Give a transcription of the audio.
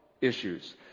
issues